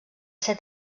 ser